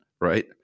right